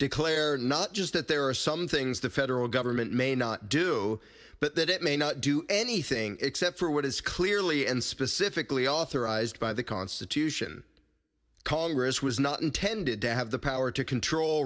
declare not just that there are some things the federal government may not do but that it may not do anything except for what is clearly and specifically authorized by the constitution congress was not intended to have the power to control